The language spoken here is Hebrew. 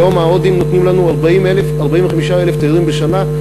היום ההודים נותנים לנו 45,000 תיירים בשנה.